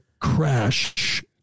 crash